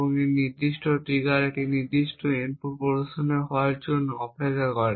এবং এই নির্দিষ্ট ট্রিগারটি একটি নির্দিষ্ট ইনপুট প্রদর্শিত হওয়ার জন্য অপেক্ষা করে